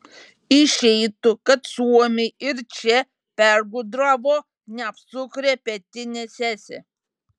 išeitų kad suomiai ir čia pergudravo neapsukrią pietinę sesę